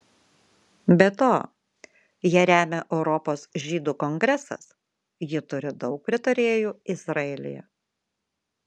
be to ją remia europos žydų kongresas ji turi daug pritarėjų izraelyje